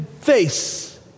face